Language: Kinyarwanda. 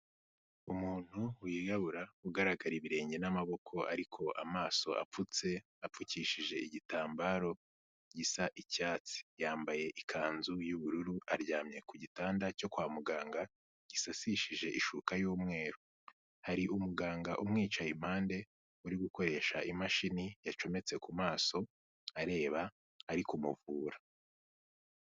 Umuntu wirabura ugaragara ibirenge n'amaboko ariko amaso apfutse, apfukishije igitambaro gisa icyatsi. Yambaye ikanzu y'ubururu, aryamye ku gitanda cyo kwa muganga, gisashishije ishuka y'umweru. Hari umuganga umwicaye impande, uri gukoresha imashini yacometse ku maso, areba, ari kumuvura.